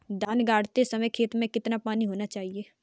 धान गाड़ते समय खेत में कितना पानी होना चाहिए?